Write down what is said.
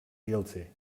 guilty